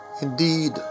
indeed